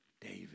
David